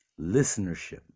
listenership